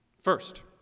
First